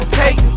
take